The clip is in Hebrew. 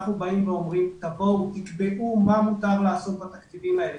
אנחנו באים ואומרים: תבואו ותקבעו מה מותר לעשות בתקציבים האלה,